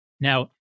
Now